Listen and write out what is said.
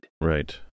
Right